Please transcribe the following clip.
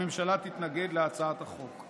הממשלה תתנגד להצעת החוק.